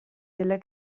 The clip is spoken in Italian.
della